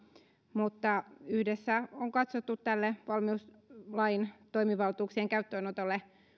mutta yhdessä on katsottu tälle valmiuslain toimivaltuuksien käyttöönotolle